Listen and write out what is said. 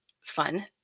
fun